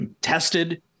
tested